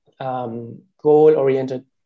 goal-oriented